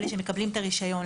אלה שמקבלים את הרישיון,